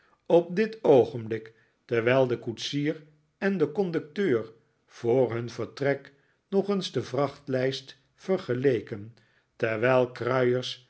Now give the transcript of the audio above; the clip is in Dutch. op dit oogenblik terwijl de koetsier en de conducteur voor hun vertrek nog eens de vrachtlijst vergeleken terwijl kruiers